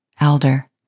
elder